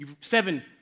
Seven